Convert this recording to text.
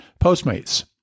Postmates